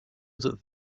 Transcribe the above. that